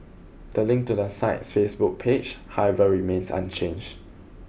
the link to the site's Facebook page however remains unchanged